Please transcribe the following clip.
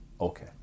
Okay